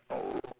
oh